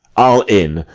i'll in,